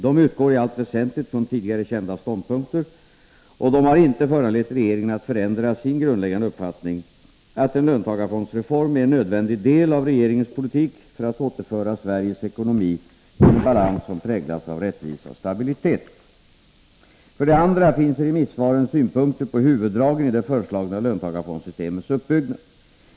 De utgår i allt väsentligt från tidigare kända ståndpunkter, och de har ej föranlett regeringen att förändra sin grundläggande uppfattning att en löntagarfondsreform är en nödvändig del av regeringens politik för att återföra Sveriges ekonomi till en balans som präglas av rättvisa och stabilitet. För det andra finns i remissvaren synpunkter på huvuddragen i det föreslagna löntagarfondssystemets uppbyggnad.